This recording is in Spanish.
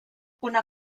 una